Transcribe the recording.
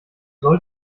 soll